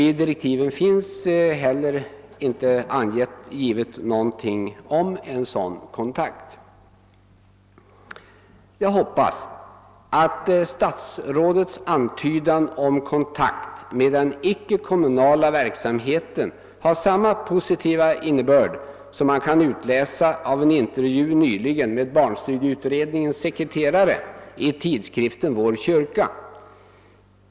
I direktiven finns inte heller något angivet om en sådan kontakt. Jag hoppas att statsrådets antydan om kontakt med den icke-kommunala verksamheten har samma positiva innebörd som man kan utläsa av en intervju nyligen med barnstugeutredningens sekreterare i tidskriften Vår Kyrka.